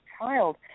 child